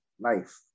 life